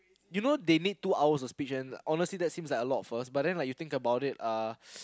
you know they need two hours of speech and honestly that seems like a lot first but then you think about it uh